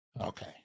okay